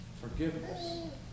Forgiveness